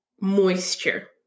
moisture